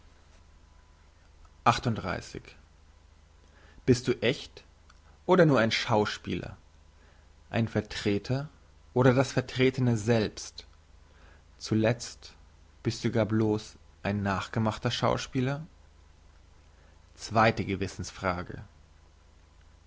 bist du echt oder nur ein schauspieler ein vertreter oder das vertretene selbst zuletzt bist du gar bloss ein nachgemachter schauspieler zweite gewissensfrage